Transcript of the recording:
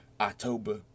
October